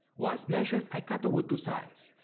once measured, i cut the wood to size,